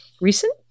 Recent